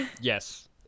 Yes